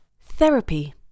Therapy